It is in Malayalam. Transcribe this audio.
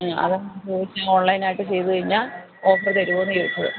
അതാ ഞാന് ചോദിച്ചത് ഓണ്ലൈനായിട്ട് ചെയ്ത് കഴിഞ്ഞാൽ ഓഫറ് തരുമോന്ന് ചോദിച്ചത്